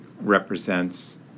represents